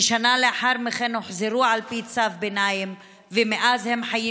כשנה לאחר מכן הם הוחזרו על פי צו ביניים ומאז הם חיים